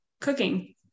cooking